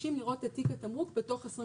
מבקשים לראות את תיק התמרוק בתוך 24 שעות.